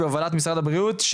בהובלת משרד הבריאות,